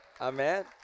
Amen